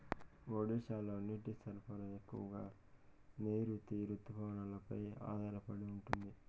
ఒడిశాలో నీటి సరఫరా ఎక్కువగా నైరుతి రుతుపవనాలపై ఆధారపడి ఉంటుంది